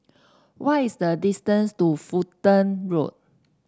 what is the distance to Fulton Road